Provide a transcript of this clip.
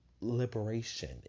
liberation